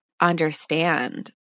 understand